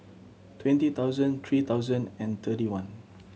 twenty thousand three thousand and thirty one